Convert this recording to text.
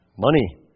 Money